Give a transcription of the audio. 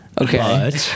Okay